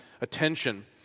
attention